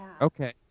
Okay